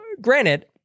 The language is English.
granted